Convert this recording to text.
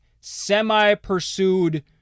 semi-pursued